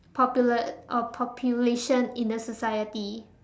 popula~ uh population in the society